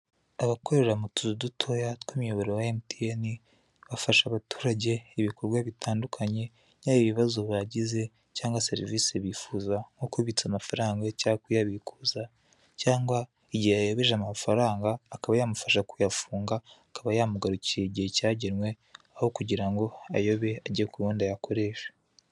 Abakorera mu tuzu dutoya tw'imiyoboro ya MTN,bafasha abaturage ibikorwa bitandukanye byaba ibibazo bagize cyangwa se serivisi bifuza mu kubitsa amafaranga cyangwa kubikuza amafaranga cyangwa igihe yayobeje amafaranga, akaba yamufasha kuyafunga akaba yamugarukira mu gihe cyagenwe aho kugirango ayobe ajye kuwundi ayakoreshe.